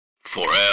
Forever